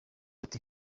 ati